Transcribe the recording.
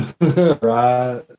right